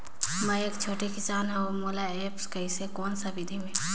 मै एक छोटे किसान हव अउ मोला एप्प कइसे कोन सा विधी मे?